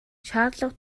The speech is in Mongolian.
шаардлага